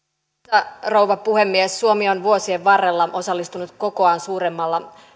arvoisa rouva puhemies suomi on vuosien varrella osallistunut kokoaan suuremmalla